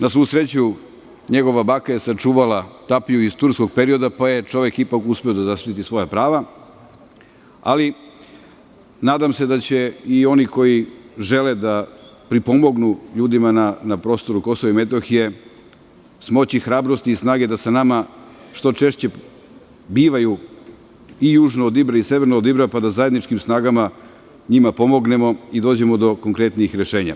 Na svu sreću, njegova je baka je sačuvala tapiju iz turskog perioda, pa je čovek ipak uspeo da zaštiti svoja prava, ali, nadam se da će i oni koji žele da pripomognu ljudima na prostoru Kosova i Metohije, smoći hrabrosti i snage da sa nama što češće bivaju i južno od Ibra i severno od Ibra, pa da zajedničkim snagama njima pomognemo i dođemo do konkretnijih rešenja.